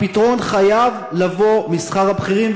הפתרון חייב לבוא משכר הבכירים,